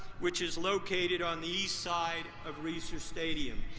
which is located on the east side of reser stadium.